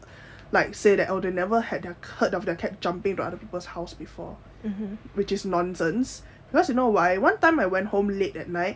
like say that they never had heard of their cat jumping to other people's house before which is nonsense because you know why one time I went home late at night